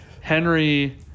Henry